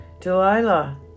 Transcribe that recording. Delilah